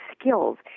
skills